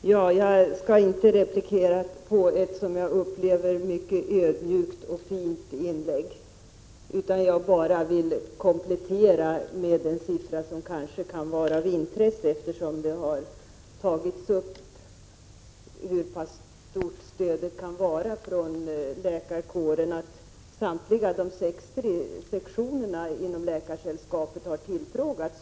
Fru talman! Jag skall inte replikera på ett, som jag upplever det, mycket ödmjukt och fint inlägg, utan jag vill bara komplettera med ett par siffror som kanske kan vara av intresse, eftersom frågan har tagits upp hur pass stort stödet från läkarkåren kan vara. Samtliga sextio sektioner inom Läkaresällskapet har tillfrågats.